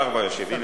השר כבר ישיב.